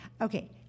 Okay